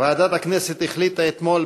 ועדת הכנסת החליטה אתמול,